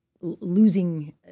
losing